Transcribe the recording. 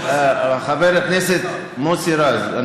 חבר הכנסת מוסי רז,